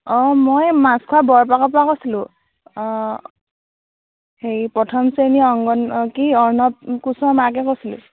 অ' মই মাছখোৱা বৰপাকৰ পৰা কৈছিলো অ' হেৰি প্ৰথম শ্ৰেণী অংগন কি অৰ্ণৱ কোঁচৰ মাকে কৈছিলো